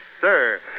sir